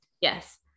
Yes